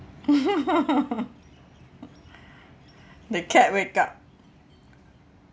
the cat wake up